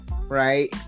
right